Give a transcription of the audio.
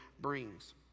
brings